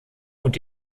und